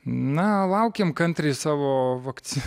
na laukim kantriai savo vakcinos